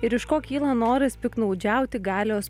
ir iš ko kyla noras piktnaudžiauti galios